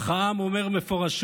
אך העם אומר מפורשות: